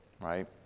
Right